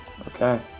Okay